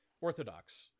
orthodox